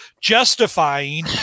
justifying